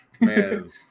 Man